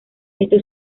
esto